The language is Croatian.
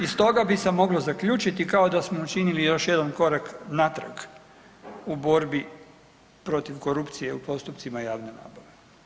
I stoga bi se moglo zaključiti kao da smo učinili još jedan korak natrag u borbi protiv korupcije u postupcima javne nabave.